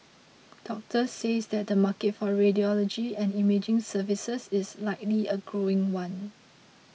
doctors says that the market for radiology and imaging services is likely a growing one